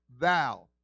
thou